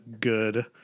good